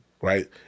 right